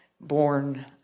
born